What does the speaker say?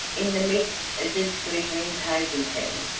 in the midst of this glittering pageantry,